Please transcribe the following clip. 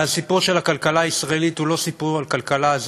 אבל הסיפור של הכלכלה הישראלית הוא לא סיפור על הכלכלה הזאת,